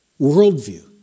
worldview